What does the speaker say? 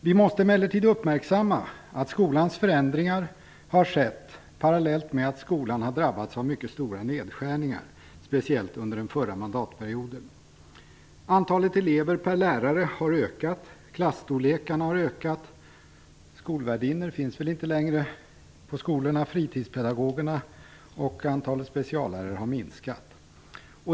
Vi måste emellertid uppmärksamma att skolans förändringar har skett parallellt med att skolan har drabbats av mycket stora nedskärningar, speciellt under den förra mandatperioden. Antalet elever per lärare har ökat och klasstorlekarna har ökat. Några skolvärdinnor finns väl inte längre på skolorna. Fritidspedagogerna och antalet speciallärare har minskat.